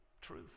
truth